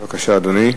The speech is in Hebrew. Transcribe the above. בבקשה, אדוני.